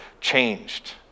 changed